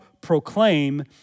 proclaim